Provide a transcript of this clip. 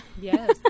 Yes